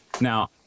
Now